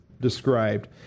described